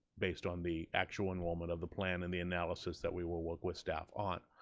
based on the actual enrollment of the plan and the analysis that we will work with staff on,